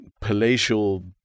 palatial